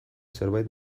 zerbait